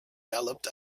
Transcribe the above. galloped